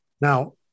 Now